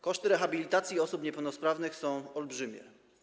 Koszty rehabilitacji osób niepełnosprawnych są olbrzymie.